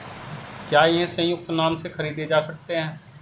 क्या ये संयुक्त नाम से खरीदे जा सकते हैं?